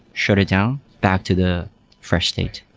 shut it down back to the fresh state.